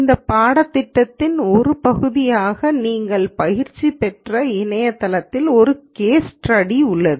இந்த பாடத்திட்டத்தின் ஒரு பகுதியாக நீங்கள் பயிற்சி பெற இணையதளத்தில் ஒரு கேஸ் ஸ்டடி உள்ளது